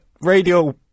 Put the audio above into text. Radio